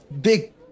big